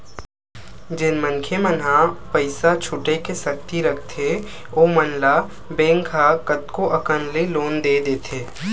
जेन मनखे मन ह पइसा छुटे के सक्ति रखथे ओमन ल बेंक ह कतको अकन ले लोन दे देथे